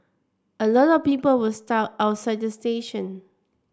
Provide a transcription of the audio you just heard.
a lot of people were stuck outside the station